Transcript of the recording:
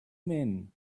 men